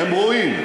הם רואים,